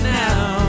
now